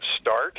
start